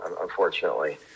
unfortunately